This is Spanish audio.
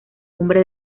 hombre